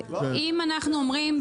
אם אנחנו אומרים,